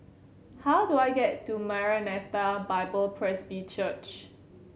how do I get to Maranatha Bible Presby Church